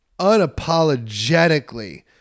unapologetically